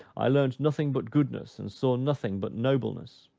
i learnt nothing but goodness, and saw nothing but nobleness.